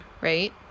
right